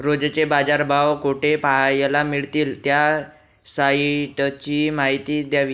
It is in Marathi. रोजचे बाजारभाव कोठे पहायला मिळतील? त्या साईटची माहिती द्यावी